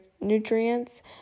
nutrients